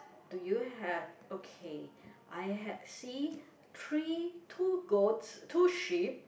do you have okay I had see three two goats two sheep